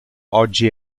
oggi